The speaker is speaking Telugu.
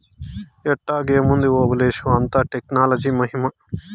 ఎట్టాగేముంది ఓబులేషు, అంతా టెక్నాలజీ మహిమా